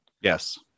yes